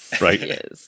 Right